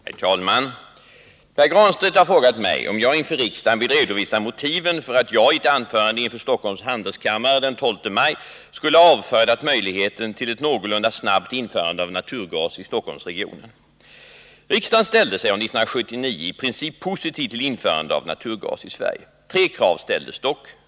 Herr talman! Pär Granstedt har frågat mig om jag inför riksdagen vill redovisa motiven för att jag i ett anförande inför Stockholms Handelskammare den 12 maj skulle ha avfärdat möjligheten till ett någorlunda snabbt införande av naturgas i Stockholmsregionen. Riksdagen ställde sig år 1979 i princip positiv till införandet av naturgas i Sverige. Tre krav ställdes dock.